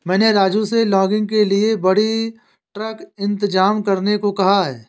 मैंने राजू से लॉगिंग के लिए बड़ी ट्रक इंतजाम करने को कहा है